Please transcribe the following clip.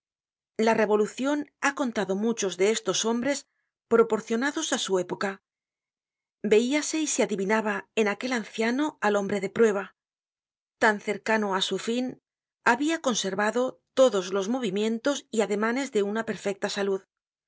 la revolucion ha contado muchos de estos hombres proporcionados á su época veíase y se adivinaba en aquel anciano al hombre de prueba tan cercano á su fin habia conservado todos los movimientos y ademanes de una perfecta salud